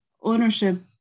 Ownership